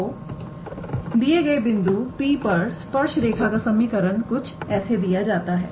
तो दिए गए बिंदु P पर स्पर्श रेखा का समीकरण कुछ ऐसे दिया जाता है